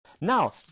Now